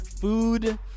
food